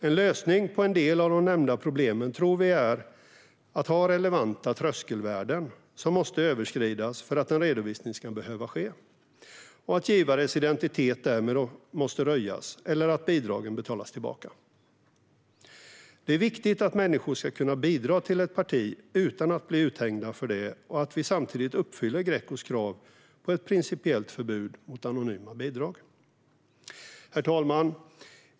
En lösning på en del av de nämnda problemen tror vi är att ha relevanta tröskelvärden som måste överskridas för att en redovisning ska behöva ske och att givares identitet därmed måste röjas eller att bidragen betalas tillbaka. Det är viktigt att människor ska kunna bidra till ett parti utan att bli uthängda för det och att vi samtidigt uppfyller Grecos krav på ett principiellt förbud mot anonyma bidrag. Herr talman!